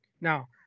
Now